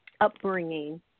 upbringing